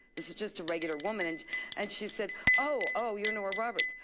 this is just a regular woman and and she said oh, oh you're nora roberts.